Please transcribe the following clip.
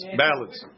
balance